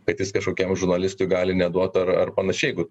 bet jis kažkokiam žurnalistui gali neduot ar ar panašiai jeigu